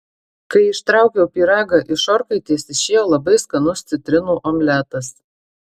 kai ištraukiau pyragą iš orkaitės išėjo labai skanus citrinų omletas